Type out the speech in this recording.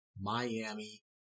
Miami